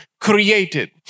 created